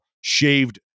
shaved